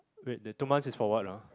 wait the two months is for what ah